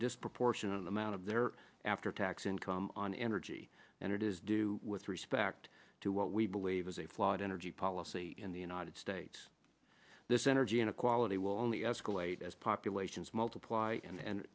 disproportionate amount of their after tax income on energy and it is due with respect to what we believe is a flawed energy policy in the united states this energy inequality will only escalate as populations multiply and